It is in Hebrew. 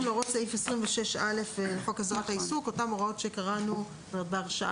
להוראות סעיף 26א לחוק הסדרת העיסוק" אותן הוראות שקראנו בהרשאה,